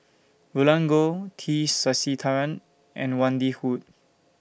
Roland Goh T Sasitharan and Wendy Hutton